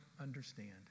understand